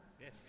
Yes